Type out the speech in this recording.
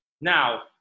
now